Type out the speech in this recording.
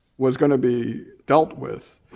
was gonna be dealt with